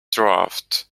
draft